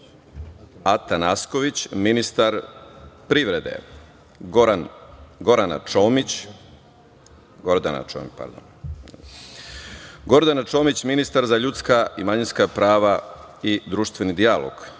Atanasković, ministar privrede, Gordana Čomić, ministar za ljudska i manjinska prava i društveni dijalog,